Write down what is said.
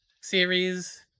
series